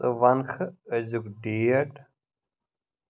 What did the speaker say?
ژٕ ونکھٕ أزُک ڈیٹ